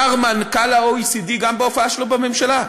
מזערית, אמר מנכ"ל ה-OECD, גם בהופעה שלו בממשלה,